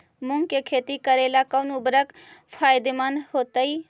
मुंग के खेती करेला कौन उर्वरक फायदेमंद होतइ?